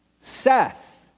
Seth